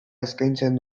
eskaintzen